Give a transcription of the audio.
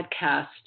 podcast